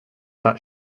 that